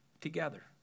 together